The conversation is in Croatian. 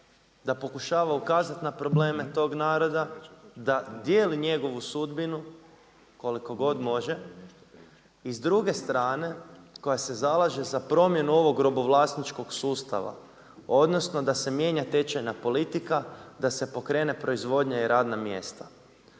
da pokušava ukazati na probleme tog naroda, da dijeli njegovu sudbinu koliko god može. I s druge strane koja se zaleže za promjenu ovog robovlasničkog sustava, odnosno da se mijenja tečajna politika, da se pokrene proizvodnja i radna mjesta.